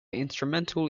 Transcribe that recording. instrumental